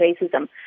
racism